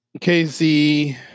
Casey